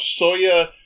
Soya